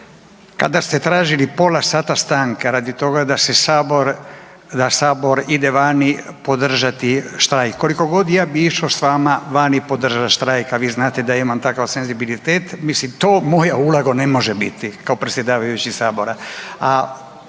kada ste tražili pola sata stanke radi toga da Sabor ide vani podržati štrajk, koliko god ja bi išao s vama vani podržat štrajk, a vi znate da ja imam takav senzibilitet, mislim to moja uloga ne može biti kao predsjedavajući Sabora,